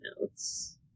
notes